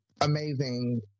amazing